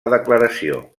declaració